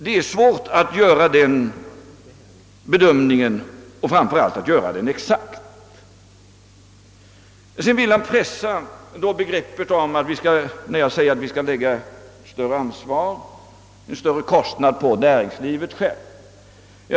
När jag säger att vi skall lägga större ansvar och större kostnad på näringslivet självt, söker herr Hagnell pressa det begreppet.